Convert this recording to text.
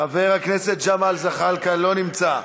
חבר הכנסת ג'מאל זחאלקה, לא נמצא.